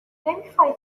نمیخای